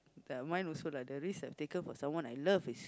the mine also lah the risks I have taken for someone I love is